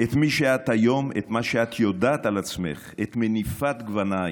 / את מי שאת היום / את מה שאת יודעת על עצמך / את מניפת גוונייך.